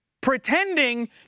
pretending